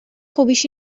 خوبیش